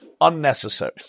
unnecessary